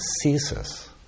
ceases